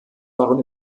waren